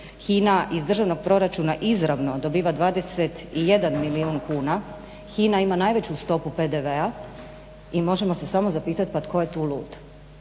HINA iz državnog proračuna izravno dobiva 21 milijun kuna, HINA ima najveću stopu PDV-a i možemo se samo zapitati pa tko je tu lud?